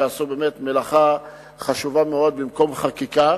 שעשו מלאכה חשובה מאוד במקום חקיקה.